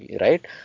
right